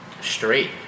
straight